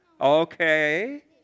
Okay